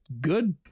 good